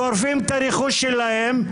שורפים את הרכוש שלהם,